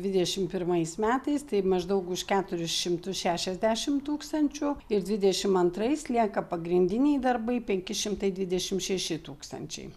dvidešim pirmais metais tai maždaug už keturis šimtus šešiasdešim tūkstančių ir dvidešim antrais lieka pagrindiniai darbai penki šimtai dvidešim šeši tūkstančiai